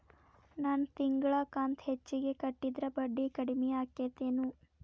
ನನ್ ತಿಂಗಳ ಕಂತ ಹೆಚ್ಚಿಗೆ ಕಟ್ಟಿದ್ರ ಬಡ್ಡಿ ಕಡಿಮಿ ಆಕ್ಕೆತೇನು?